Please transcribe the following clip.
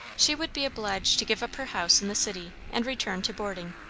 she would be obliged to give up her house in the city, and return to boarding.